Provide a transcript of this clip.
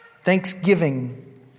thanksgiving